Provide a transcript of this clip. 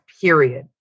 period